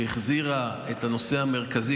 שהחזירה את הנושא המרכזי,